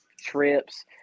trips